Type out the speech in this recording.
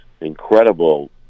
incredible